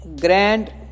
Grand